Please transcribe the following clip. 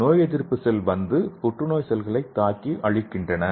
நோயெதிர்ப்பு செல்கள் வந்து புற்றுநோய் செல்களை தாக்கி அழிக்கின்றன